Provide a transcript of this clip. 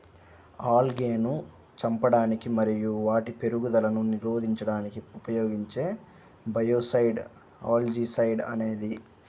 ఆల్గేను చంపడానికి మరియు వాటి పెరుగుదలను నిరోధించడానికి ఉపయోగించే బయోసైడ్ ఆల్జీసైడ్ అనేది